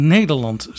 Nederland